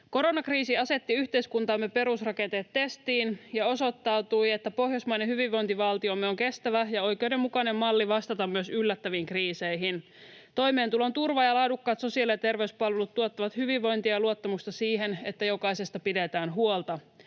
Koronakriisi asetti yhteiskuntamme perusrakenteet testiin ja osoittautui, että pohjoismainen hyvinvointivaltiomme on kestävä ja oikeudenmukainen malli vastata myös yllättäviin kriiseihin. Toimeentulon turva ja laadukkaat sosiaali- ja terveyspalvelut tuottavat hyvinvointia ja luottamusta siihen, että jokaisesta pidetään huolta